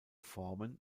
formen